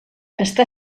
està